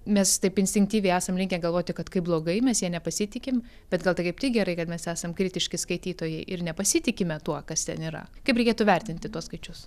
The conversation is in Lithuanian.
mes taip instinktyviai esam linkę galvoti kad kaip blogai mes ja nepasitikim bet gal tai kaip tik gerai kad mes esam kritiški skaitytojai ir nepasitikime tuo kas ten yra kaip reikėtų vertinti tuos skaičius